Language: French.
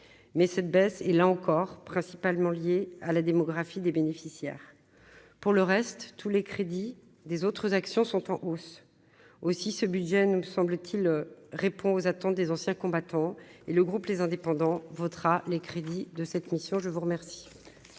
mais cette baisse et là encore principalement liée à la démographie des bénéficiaires pour le reste, tous les crédits des autres actions sont en hausse aussi ce budget, nous, me semble-t-il, répond aux attentes des anciens combattants et le groupe les indépendants votera les crédits de cette mission, je vous remercie.